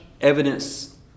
evidence